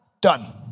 done